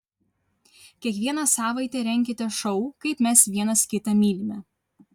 kiekvieną savaitę renkite šou kaip mes vienas kitą mylime